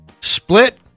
split